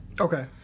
Okay